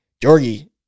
Jorgie